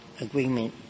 agreement